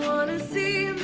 wanna see